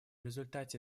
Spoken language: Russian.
результате